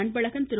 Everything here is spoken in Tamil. அன்பழகன் திரு